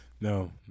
no